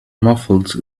muffled